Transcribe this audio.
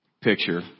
picture